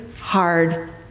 hard